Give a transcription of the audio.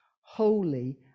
holy